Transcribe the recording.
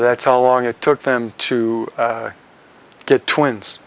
that's how long it took them to get twins